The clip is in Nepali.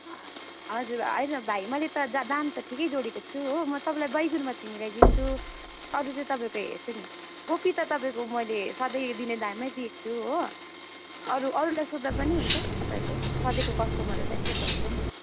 हजुर होइन भाइ मैले त दाम त ठिकै जोडेको छु हो म तपाईँलाई बैगुनमा चाहिँ मिलाइदिन्छु अरू चाहिँ तपाईँको हेर्छु नि कोपी त तपाईँको मैले सधैँ दिने दामै दिएको छु हो अरू अरूलाई सोध्दा पनि हुन्छ तपाईँको सधैँको कस्टमरहरूलाई सोद्धा हुन्छ नि भाइ